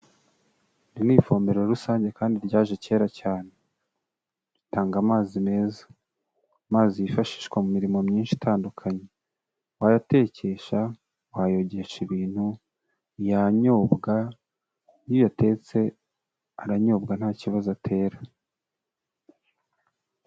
Iri ni ifumbiro rusange kandi ryaje kera cyane. Ritanga amazi meza, amazi yifashishwa mu mirimo myinshi itandukanye. Wayatekesha, wayogesha ibintu, yanyobwa iyo uyatetse aranyobwa nta kibazo atera.